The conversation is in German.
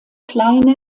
kleine